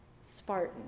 Spartan